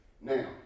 Now